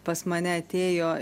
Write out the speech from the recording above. pas mane atėjo